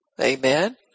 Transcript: Amen